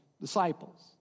disciples